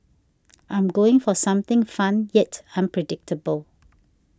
I'm going for something fun yet unpredictable